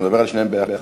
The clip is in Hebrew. נדבר על שתיהן ביחד.